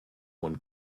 one